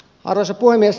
arvoisa puhemies